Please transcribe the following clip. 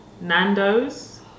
Nando's